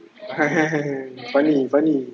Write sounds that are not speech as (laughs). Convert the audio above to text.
(laughs) funny funny